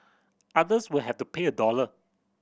others will have to pay a dollar